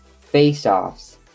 face-offs